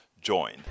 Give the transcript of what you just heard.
join